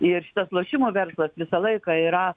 ir šitas lošimo verslas visą laiką yra